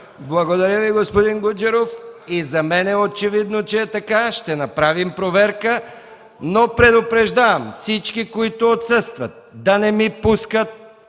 Благодаря Ви, господин Гуджеров. И за мен е очевидно, че е така. Ще направим проверка, но предупреждавам: всички, които отсъстват, да не ми пускат